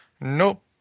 Nope